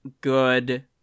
good